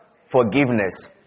forgiveness